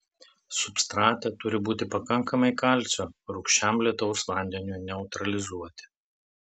substrate turi būti pakankamai kalcio rūgščiam lietaus vandeniui neutralizuoti